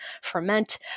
ferment